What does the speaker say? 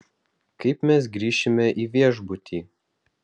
kaip mes grįšime į viešbutį